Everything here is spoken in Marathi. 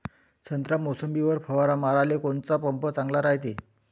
संत्रा, मोसंबीवर फवारा माराले कोनचा पंप चांगला रायते?